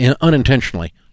unintentionally